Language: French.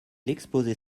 l’exposé